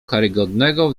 karygodnego